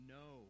no